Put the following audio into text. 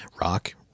rock